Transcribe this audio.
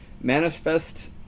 manifest